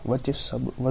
જવાબ છે હા